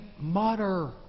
mutter